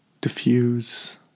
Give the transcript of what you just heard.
diffuse